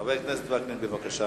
חבר הכנסת יצחק וקנין, בבקשה.